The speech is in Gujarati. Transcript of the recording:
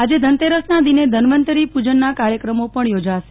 આજે ધનતેરસના દિને ધનવંતરી પૂજનના કાર્યક્રમો પણ યોજાશે